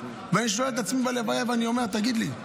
ואני שואל את עצמי בלוויה ואני אומר: תגיד לי,